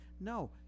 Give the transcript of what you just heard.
No